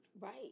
Right